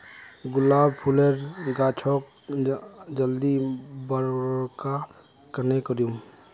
गुलाब फूलेर गाछोक जल्दी बड़का कन्हे करूम?